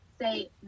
say